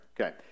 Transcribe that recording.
Okay